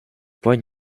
point